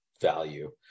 value